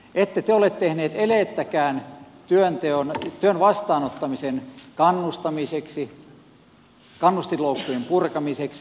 ette te ole tehneet elettäkään työn vastaanottamisen kannustamiseksi kannustinloukkujen purkamiseksi